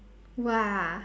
!wah!